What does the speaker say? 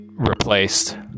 replaced